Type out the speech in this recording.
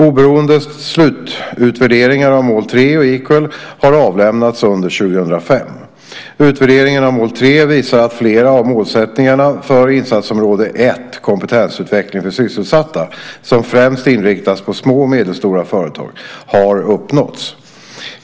Oberoende slututvärderingar av mål 3 och Equal har avlämnats under 2005. Utvärderingen av mål 3 visar att flera av målsättningarna för insatsområde 1 Kompetensutveckling för sysselsatta, som främst inriktats på små och medelstora företag, har uppnåtts.